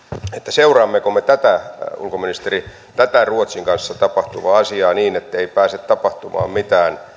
seuraammeko me ulkoministeri tätä ruotsin kanssa tapahtuvaa asiaa niin ettei pääse tapahtumaan mitään